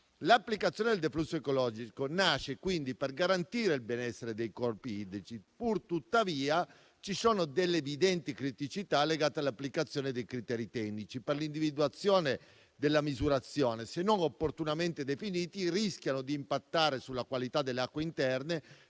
L'applicazione del deflusso ecologico nasce quindi per garantire il benessere dei corpi idrici. Pur tuttavia, ci sono delle evidenti criticità legate all'applicazione dei criteri tecnici per l'individuazione della misurazione, che, se non opportunamente definiti, rischiano di impattare sulla qualità delle acque interne,